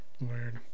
Weird